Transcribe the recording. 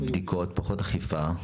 בדיקות, פחות אכיפה.